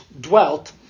dwelt